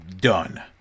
Done